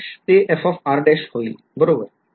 ते fr होईल बरोबर